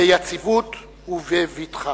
ביציבות ובבטחה.